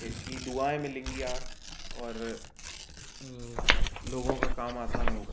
इनकी दुआएँ मिलेंगी और लोगों का काम आसान होगा